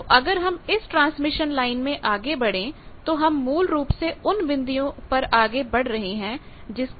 तो अगर हम इस ट्रांसमिशन लाइन में आगे बड़े तो हम मूल रूप से उन बिंदुओं पर आगे बढ़ रहे हैं जिसका